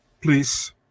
please